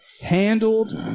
handled